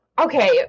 Okay